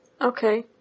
Okay